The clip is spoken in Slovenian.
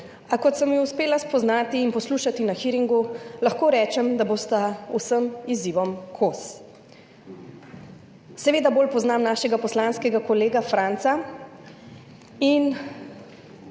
a kot sem ju uspela spoznati in poslušati na hearingu, lahko rečem, da bosta vsem izzivom kos. Seveda bolj poznam našega poslanskega kolega Franca in